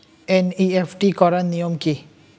NEFT করার নিয়ম কী?